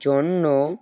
জন্য